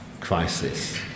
crisis